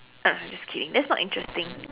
uh just kidding that's not interesting